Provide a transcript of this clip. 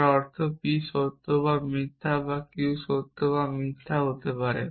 যার অর্থ p সত্য বা মিথ্যা q সত্য বা মিথ্যা হতে পারে